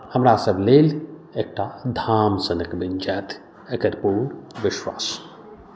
हमरासभ लेल एकटा धाम सनक बनि जायत एकर पूर्ण विश्वास